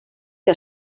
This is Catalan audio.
que